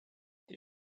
did